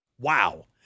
Wow